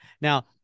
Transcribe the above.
Now